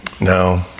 no